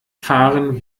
fahren